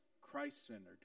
Christ-centered